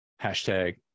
hashtag